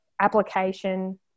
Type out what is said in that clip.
application